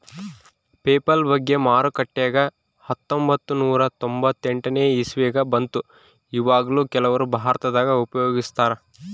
PayPal ಬಗ್ಗೆ ಮಾರುಕಟ್ಟೆಗ ಹತ್ತೊಂಭತ್ತು ನೂರ ತೊಂಬತ್ತೆಂಟನೇ ಇಸವಿಗ ಬಂತು ಈವಗ್ಲೂ ಕೆಲವರು ಭಾರತದಗ ಉಪಯೋಗಿಸ್ತರಾ